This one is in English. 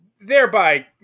thereby